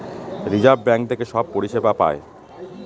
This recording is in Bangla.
রিজার্ভ বাঙ্ক থেকে সব পরিষেবা পায়